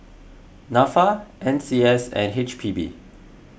Nafa N C S and H P B